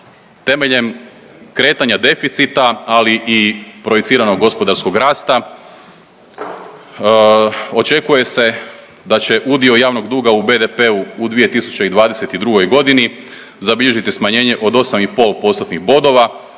Temeljem kretanja deficita, ali i projiciranog gospodarskog rasta očekuje se da će udio javnog duga u BDP-u u 2022.g. zabilježiti smanjenje od 8,5%-tnih bodova